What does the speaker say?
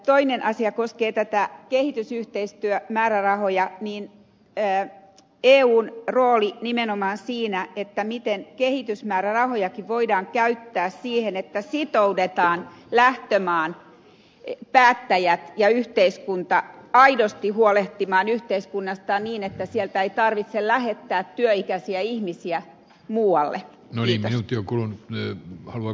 toinen asia koskee kehitysyhteistyömäärärahoja eun roolia nimenomaan siinä miten kehitysyhteistyömäärärahojakin voidaan käyttää siihen että sitoutetaan lähtömaan päättäjät ja yhteiskunta aidosti huolehtimaan yhteiskunnastaan niin että sieltä ei tarvitse lähettää työikäisiä ihmisiä muualle eli vertio kulun ei halua